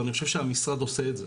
ואני חושב שהמשרד עושה את זה.